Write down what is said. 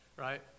right